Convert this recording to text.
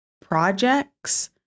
projects